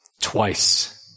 Twice